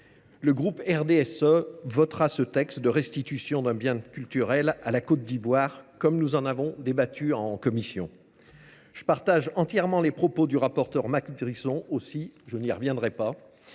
Le groupe RDSE votera ce texte de restitution d'un bien culturel à la Côte d'Ivoire, comme nous en avons débattu en commission. Je partage entièrement les propos du rapporteur Macron aussi, je n'y reviendrai pas,